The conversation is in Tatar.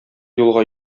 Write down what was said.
юлга